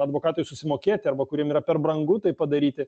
advokatui susimokėti arba kuriem yra per brangu tai padaryti